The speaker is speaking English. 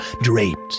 draped